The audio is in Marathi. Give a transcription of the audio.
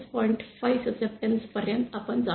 5 संवेदना पर्यंत आपण जाऊ